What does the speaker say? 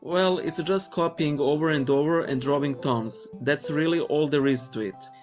well, it's just copying over and over and drawing tons. that's really all there is to it.